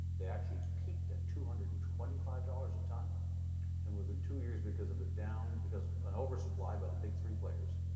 they actually peaked at two hundred and twenty five dollars a tonne and within two years because of a down, because of an oversupply by the big three players